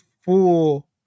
full